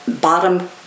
bottom